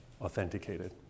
authenticated